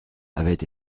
avait